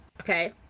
Okay